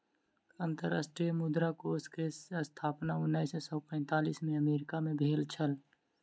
अंतर्राष्ट्रीय मुद्रा कोष के स्थापना उन्नैस सौ पैंतालीस में अमेरिका मे भेल छल